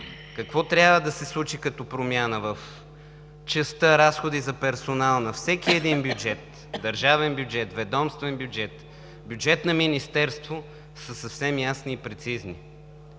какво трябва да се случи като промяна в частта „Разходи за персонал“ на всеки един бюджет – държавен бюджет, ведомствен, бюджет на министерство, са съвсем ясни и прецизни.